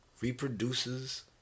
reproduces